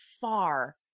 far